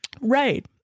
Right